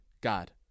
God